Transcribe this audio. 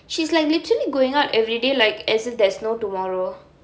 she's like literally going out everyday like as if there's no tomorrow